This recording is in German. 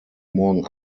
morgen